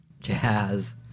jazz